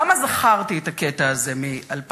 למה זכרתי את הקטע הזה מ-2009,